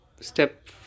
step